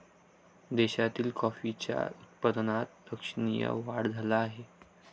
देशातील कॉफीच्या उत्पादनात लक्षणीय वाढ झाला आहे